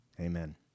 amen